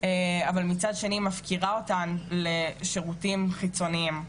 אבל מצד שני מפקירה אותן לשירותים חיצוניים.